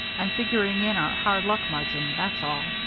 i'm figuring in our hard-luck margin, that's all.